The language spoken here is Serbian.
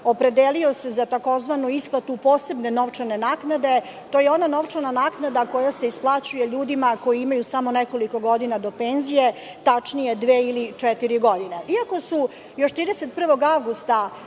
opredelio se za tzv. isplatu posebne novčane naknade. To je ona novčana naknada koja se isplaćuje ljudima koji imaju samo nekoliko godina do penzije, tačnije dve ili četiri godine. Iako su još 31. avgusta